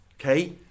Okay